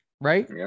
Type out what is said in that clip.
right